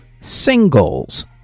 Singles